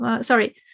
sorry